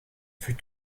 fut